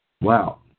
wow